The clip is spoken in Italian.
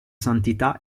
santità